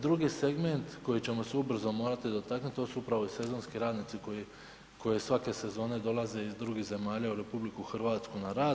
Drugi segment koji ćemo se ubrzo morati dotaknut, to su upravo i sezonski radnici koji, koje svake sezone dolaze iz drugih zemalja u RH na rad.